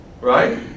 Right